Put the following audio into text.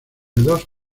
dos